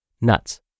nuts